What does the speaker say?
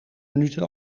minuten